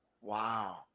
Wow